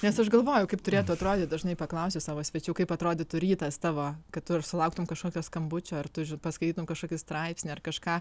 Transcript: nes aš galvoju kaip turėtų atrodyt dažnai paklausiu savo svečių kaip atrodytų rytas tavo kad tu sulauktum kažkokio skambučio ar tu paskaitytum kažkokį straipsnį ar kažką